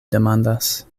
demandas